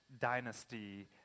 dynasty